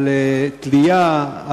תלייה,